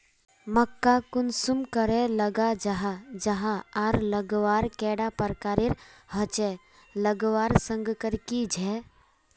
मक्का कुंसम करे लगा जाहा जाहा आर लगवार कैडा प्रकारेर होचे लगवार संगकर की झे?